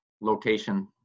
location